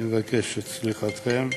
אני מבקש את סליחתכם,